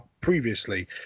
previously